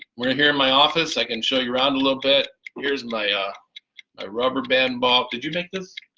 we're here in my office i can show you around a little bit here's my ah my rubber band ball. did you make this?